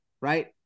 right